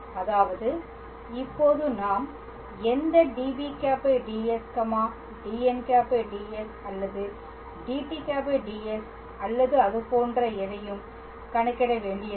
அதாவது இப்போது நாம் எந்த db̂ds dn̂ds அல்லது dt̂ds அல்லது அது போன்ற எதையும் கணக்கிட வேண்டியதில்லை